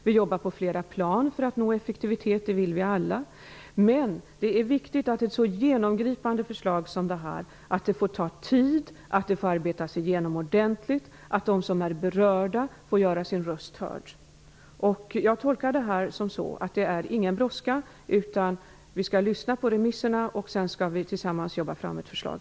Vi arbetar på flera plan för att nå effektivitet, och en sådan vill vi alla ha, men det är viktigt att ett så genomgripande förslag som detta får ta tid och får arbetas igenom ordentligt liksom att de berörda får göra sin röst hörd. Jag tolkar detta så att det inte är någon brådska. Vi skall lyssna till remissinstanserna, och sedan skall vi tillsammans arbeta fram ett förslag.